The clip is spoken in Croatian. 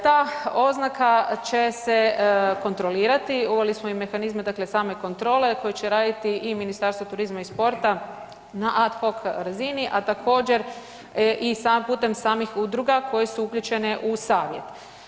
Ta oznaka će se kontrolirati, uveli smo i mehanizme dakle same kontrole koji će raditi i Ministarstvo turizma i sporta na ad hoc razini a također i putem samih udruga koje su uključene u savjet.